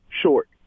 short